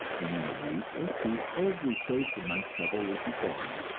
and in a week or two every trace of my trouble would be gone.